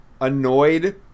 annoyed